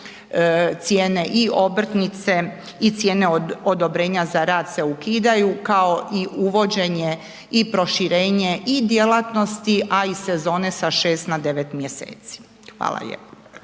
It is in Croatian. cijene i obrtnice i cijene odobrenja za rad se ukidaju kao i uvođenje i proširenje i djelatnosti, a i sezone sa 6 na 9 mjeseci. Hvala lijepo.